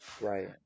Right